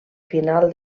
final